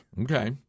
Okay